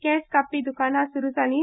केंस कापपाचीं द्कानां सुरू जालीं